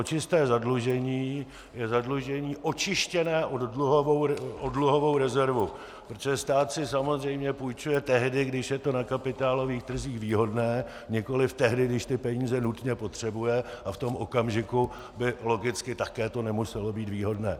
Čisté zadlužení je zadlužení očištěné o dluhovou rezervu, protože stát si samozřejmě půjčuje tehdy, když je to na kapitálových trzích výhodné, nikoliv tehdy, když peníze nutně potřebuje, a v tom okamžiku by logicky také to nemuselo být výhodné.